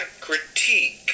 critique